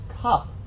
cup